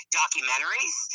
documentaries